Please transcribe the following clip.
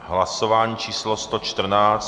Hlasování číslo 114.